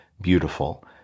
beautiful